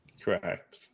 Correct